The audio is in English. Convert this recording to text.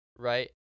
right